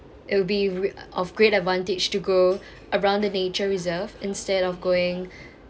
it will be re~ of great advantage to go around the nature reserve instead of going